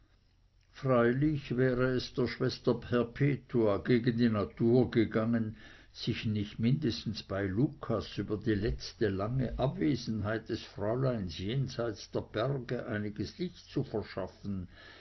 freilich wäre es der schwester perpetua gegen die natur gegangen sich nicht mindestens bei lucas über die letzte lange abwesenheit des fräuleins jenseits der berge einiges licht zu verschaffen